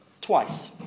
twice